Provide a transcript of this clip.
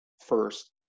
first